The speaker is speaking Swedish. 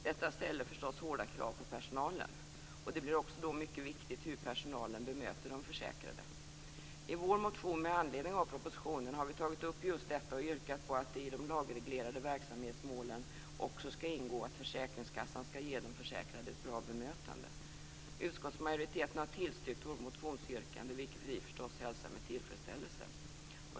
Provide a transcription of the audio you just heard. Detta ställer förstås hårda krav på personalen. Det blir mycket viktigt hur personalen bemöter de försäkrade. I vår motion med anledning av propositionen har vi tagit upp just detta och yrkat på att det i de lagreglerade verksamhetsmålen också skall ingå att försäkringskassan skall ge de försäkrade ett bra bemötande. Utskottsmajoriteten har tillstyrkt vårt motionsyrkande, vilket vi förstås hälsar med tillfredsställelse.